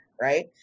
Right